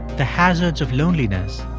the hazards of loneliness